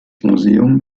museum